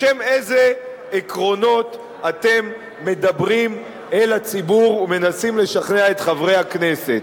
בשם איזה עקרונות אתם מדברים אל הציבור ומנסים לשכנע את חברי הכנסת?